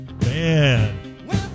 Man